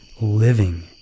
living